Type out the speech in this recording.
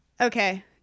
Okay